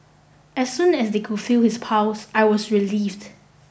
as soon as they could feel his pulse I was relieved